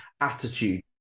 attitude